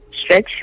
stretch